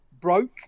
broke